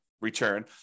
return